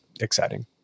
exciting